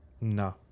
No